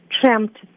tramped